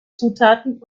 zutaten